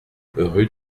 rue